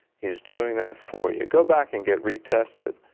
he is doing that for you. go back and get retested.